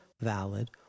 valid